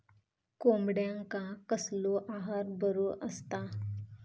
कोंबड्यांका कसलो आहार बरो असता?